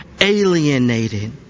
alienated